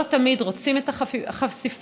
לא תמיד רוצים את החשיפה.